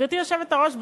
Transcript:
גברתי היושבת-ראש,